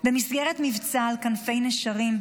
במסגרת מבצע "על כנפי נשרים",